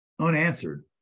unanswered